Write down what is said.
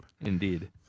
Indeed